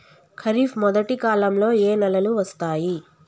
ఖరీఫ్ మొదటి కాలంలో ఏ నెలలు వస్తాయి?